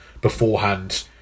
beforehand